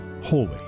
holy